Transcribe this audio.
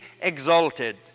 exalted